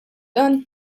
dan